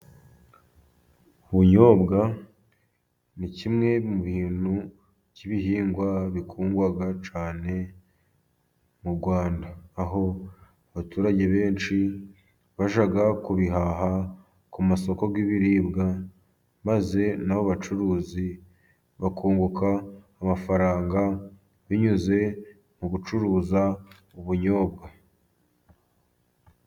ubunyobwa ni kimwe mu bintu by'ibihingwa bikundwa cyane mu wanda aho abaturage benshi bajyaga kubihaha ku masoko y'ibiribwa maze n'abo bacuruzi bakunguka amafaranga binyuze mu gucuruza ubunyobwa